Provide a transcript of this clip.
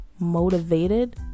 motivated